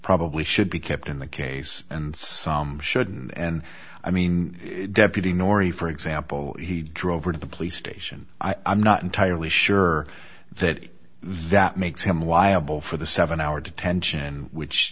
probably should be kept in the case and some should and i mean deputy nori for example he drove her to the police station i'm not entirely sure that that makes him liable for the seven hour detention which